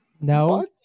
No